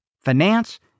finance